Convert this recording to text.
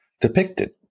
depicted